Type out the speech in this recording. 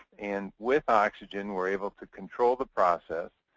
and with oxygen, we're able to control the process.